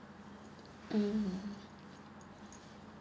mm